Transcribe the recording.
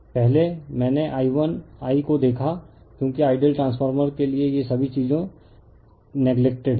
पहले मैंने I1I को देखा क्योंकि आइडियल ट्रान्सफर के लिए ये सभी चीजों नेग्लेक्टेड है